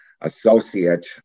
associate